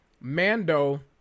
Mando